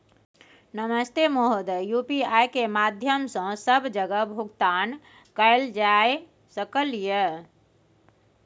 नमस्ते महोदय, यु.पी.आई के माध्यम सं सब जगह भुगतान कैल जाए सकल ये?